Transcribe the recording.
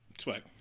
Swag